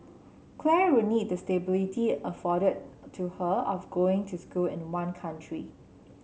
Claire will need the stability afforded to her of going to school in one country